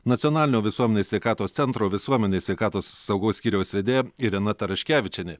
nacionalinio visuomenės sveikatos centro visuomenės sveikatos saugos skyriaus vedėja irena taraškevičienė